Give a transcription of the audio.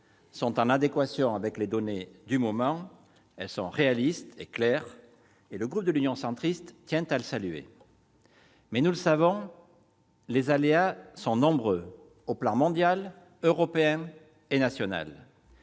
sont en adéquation avec les données du moment. Elles sont réalistes et claires. Le groupe Union Centriste tient à le saluer. Mais, nous le savons, les aléas sont nombreux- sur le plan mondial, européen et national.